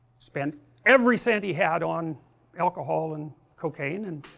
spend every cent he had on alcohol and cocaine, and,